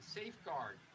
safeguard